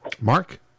Mark